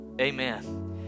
amen